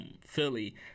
Philly